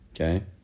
okay